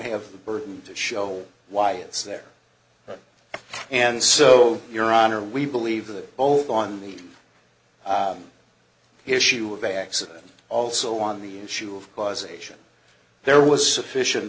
have the burden to show why it's there and so your honor we believe that over on the he issue of accident also on the issue of causation there was sufficient